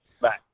Bye